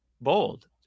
bold